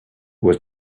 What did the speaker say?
was